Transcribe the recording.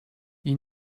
you